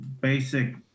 basic